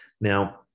Now